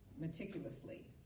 meticulously